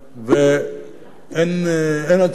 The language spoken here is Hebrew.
ואין הצעה בלתה.